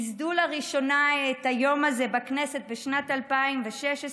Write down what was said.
ייסדו לראשונה את היום הזה בכנסת בשנת 2016,